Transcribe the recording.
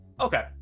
Okay